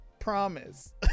Promise